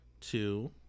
two